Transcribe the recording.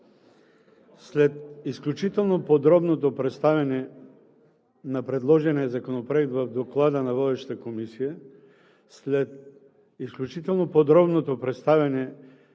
След изключително подробното представяне на предложения законопроект в Доклада на Водещата комисия, след изключително подробното представяне